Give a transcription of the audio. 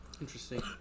Interesting